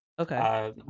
Okay